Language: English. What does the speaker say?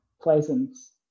Pleasance